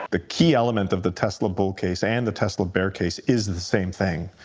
the key element of the tesla bull case and the tesla bear case is the same thing.